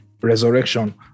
resurrection